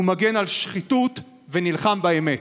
הוא מגן על שחיתות ונלחם באמת.